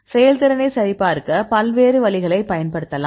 செயல்திறனை சரிபார்க்க பல்வேறு வழிகளைப் பயன்படுத்தலாம்